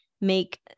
make